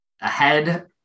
ahead